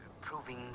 proving